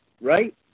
right